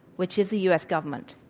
which is the u. s. government.